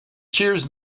cheers